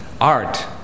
art